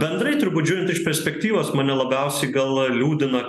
bendrai turbūt žiūrint iš perspektyvos mane labiausiai gal liūdina